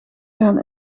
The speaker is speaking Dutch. gaan